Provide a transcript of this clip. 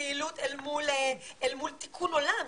פעילות אל מול תיקון עולם,